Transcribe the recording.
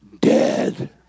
dead